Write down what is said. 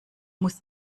muss